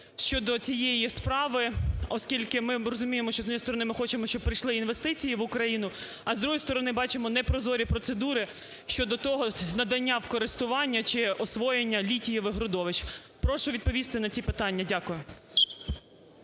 щодо цієї справи, оскільки ми розуміємо, що, з однієї сторони ми хочемо, щоби прийшли інвестиції в Україну, а з другої сторони ми бачимо щодо того надання в користування чи освоєння літієвих родовищ? Прошу відповісти на ці питання. Дякую.